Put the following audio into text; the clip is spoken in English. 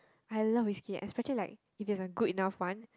I love whiskey especially like if it's a good enough one